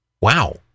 wow